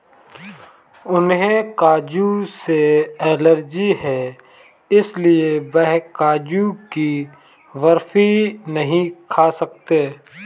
उन्हें काजू से एलर्जी है इसलिए वह काजू की बर्फी नहीं खा सकते